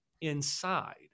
inside